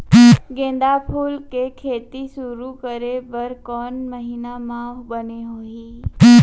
गेंदा फूल के खेती शुरू करे बर कौन महीना मा बने होही?